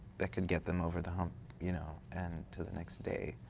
they could get them over the hump you know and to the next day.